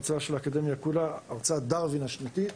הרצאת דרווין השנתית.